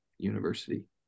University